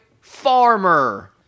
farmer